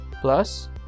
Plus